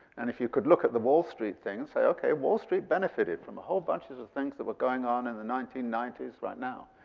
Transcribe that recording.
and if you could look at the wall street thing and say okay, wall street benefited from whole bunches of things that were going on in the nineteen ninety s, right now.